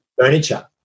furniture